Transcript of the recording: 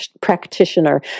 practitioner